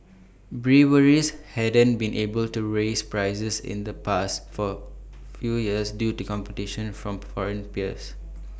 breweries hadn't been able to raise prices in the past for few years due to competition from foreign peers